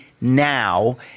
now